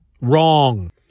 wrong